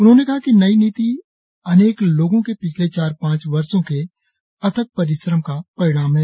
उन्होंने कहा कि नई नीति अनेक लोगों के पिछले चार पांच वर्षो के अथक परिश्रम का परिणाम है